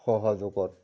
সহযোগত